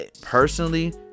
personally